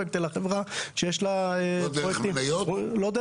נו אז